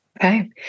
Okay